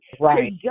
right